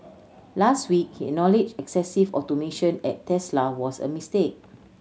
last week he acknowledged excessive automation at Tesla was a mistake